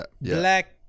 black